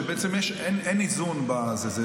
שבעצם אין איזון בזה,